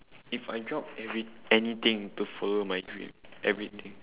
if I drop every~ anything to follow my dream everything